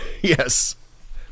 Yes